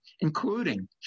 including